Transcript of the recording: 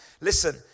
Listen